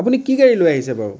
আপুনি কি গাড়ী লৈ আহিছে বাৰু